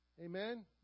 Amen